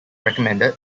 recommended